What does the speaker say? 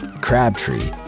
Crabtree